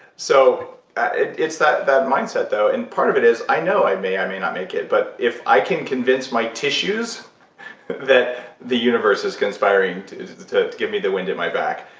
so it's that that mindset though, and part of it is, i know i may i may not make it, but if i can convince my tissues that the universe is conspiring to give me the wind at my back,